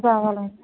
కావాలండి